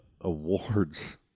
awards